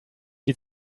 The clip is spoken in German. die